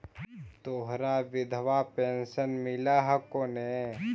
तोहरा विधवा पेन्शन मिलहको ने?